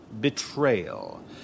Betrayal